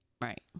right